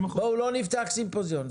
בואו לא נפתח סימפוזיון.